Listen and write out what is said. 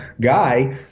guy